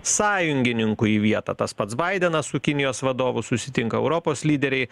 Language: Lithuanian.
sąjungininkų į vietą tas pats baidenas su kinijos vadovu susitinka europos lyderiai